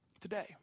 Today